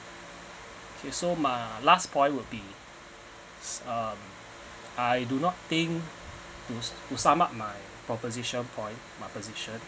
K so my last point will be is uh I do not think to to sum up my proposition point my position